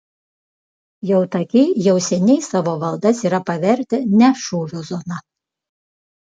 jautakiai jau seniai savo valdas yra pavertę ne šūvio zona